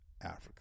Africa